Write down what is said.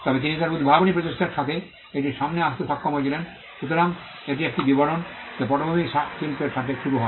তবে তিনি তার উদ্ভাবনী প্রচেষ্টার সাথে এটির সামনে আসতে সক্ষম হয়েছিলেন সুতরাং এটি একটি বিবরণ যা পটভূমি শিল্পের সাথে শুরু হয়